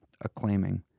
acclaiming